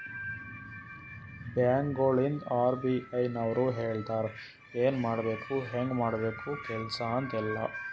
ಬ್ಯಾಂಕ್ಗೊಳಿಗ್ ಆರ್.ಬಿ.ಐ ನವ್ರು ಹೇಳ್ತಾರ ಎನ್ ಮಾಡ್ಬೇಕು ಹ್ಯಾಂಗ್ ಮಾಡ್ಬೇಕು ಕೆಲ್ಸಾ ಅಂತ್ ಎಲ್ಲಾ